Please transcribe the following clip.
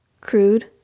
crude